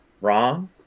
wrong